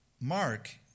Mark